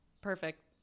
Perfect